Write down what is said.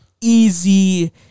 easy